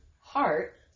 heart